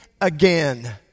again